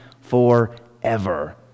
forever